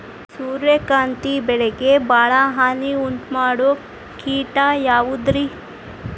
ಸೂರ್ಯಕಾಂತಿ ಬೆಳೆಗೆ ಭಾಳ ಹಾನಿ ಉಂಟು ಮಾಡೋ ಕೇಟ ಯಾವುದ್ರೇ?